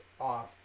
off